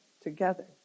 together